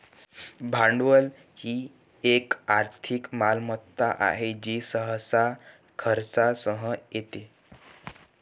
भांडवल ही एक आर्थिक मालमत्ता आहे जी सहसा खर्चासह येते